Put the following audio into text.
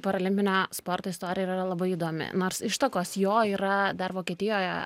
paralimpinio sporto istorija yra labai įdomi nors ištakos jo yra dar vokietijoje